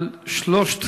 על שלושת